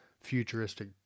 futuristic